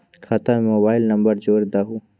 खाता में mobile number जोड़ दहु?